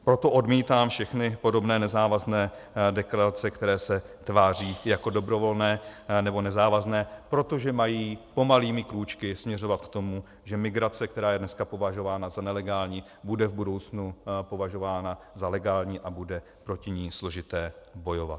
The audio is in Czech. Proto odmítám všechny podobné nezávazné deklarace, které se tváří jako dobrovolné nebo nezávazné, protože mají pomalými krůčky směřovat k tomu, že migrace, která je dneska považována za nelegální, bude v budoucnu považována za legální a bude proti ní složité bojovat.